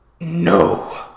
No